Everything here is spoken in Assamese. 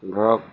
ধৰক